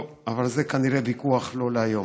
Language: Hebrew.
טוב, אבל זה כנראה ויכוח לא להיום.